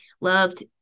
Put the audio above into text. loved